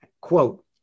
Quote